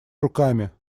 руками